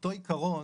מאותו עיקרון,